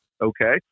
okay